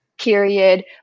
period